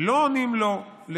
לא עונים לו על שאלות,